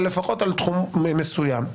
לפחות בתחום מסוים.